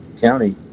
county